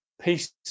peace